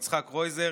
יצחק קרויזר,